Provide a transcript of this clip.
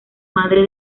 madre